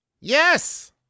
Yes